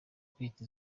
kwita